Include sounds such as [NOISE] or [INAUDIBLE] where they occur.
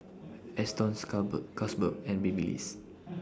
Astons [UNINTELLIGIBLE] Carlsberg and Babyliss